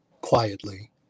quietly